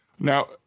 Now